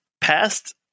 past